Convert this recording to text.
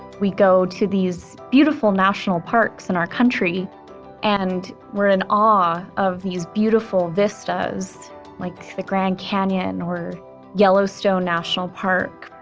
we go to these beautiful national parks in our country and we're in awe of these beautiful vistas like the grand canyon or yellowstone national park,